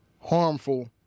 harmful